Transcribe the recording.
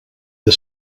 the